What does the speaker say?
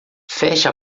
feche